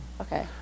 okay